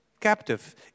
captive